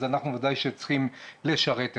אז אנחנו ודאי שצריכים לשרת אתכם.